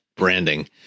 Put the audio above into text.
Branding